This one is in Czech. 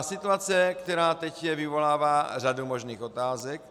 Situace, která teď je, vyvolává řadu možných otázek.